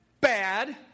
bad